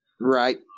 Right